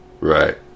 Right